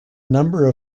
number